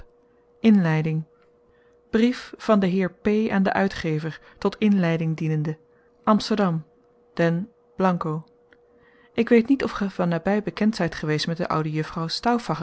brief van den heer p aan den uitgever tot inleiding dienende amsterdam den ik weet niet of gij van nabij bekend zijt geweest met de oude juffrouw